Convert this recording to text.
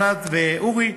ענת ואורי,